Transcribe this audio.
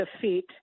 defeat